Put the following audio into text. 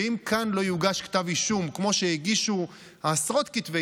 ואם כאן לא יוגש כתב אישום כמו שהגישו עשרות כתבי